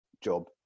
job